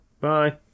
Bye